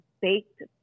baked